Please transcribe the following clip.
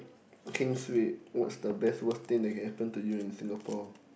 heng suay what's the best worst thing that can happen to you in Singapore